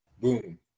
Boom